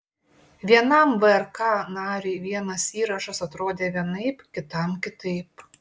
vienam vrk nariui vienas įrašas atrodė vienaip kitam kitaip